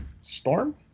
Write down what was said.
Storm